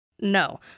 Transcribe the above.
No